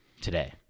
today